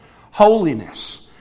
Holiness